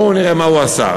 בואו נראה מה הוא עשה.